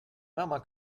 mama